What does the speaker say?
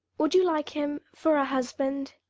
would you like him for a husband?